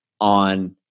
On